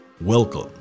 Welcome